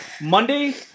Monday